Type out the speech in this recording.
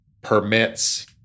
permits